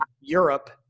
Europe